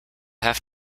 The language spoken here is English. have